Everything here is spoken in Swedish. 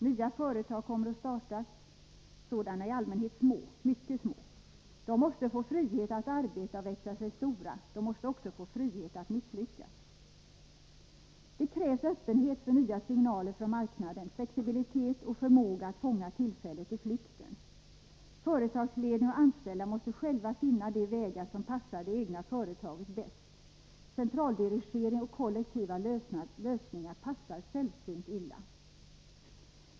Nya företag kommer att startas. Sådana är i allmänhet små, mycket små. De måste få frihet att arbeta och växa sig stora. De måste också få frihet att misslyckas. Det krävs öppenhet för nya signaler från marknaden, flexibilitet och förmåga att fånga tillfället i flykten. Företagsledning och anställda måste själva finna de vägar som passar det egna företaget bäst. Centraldirigering och kollektiva lösningar passar sällsynt illa.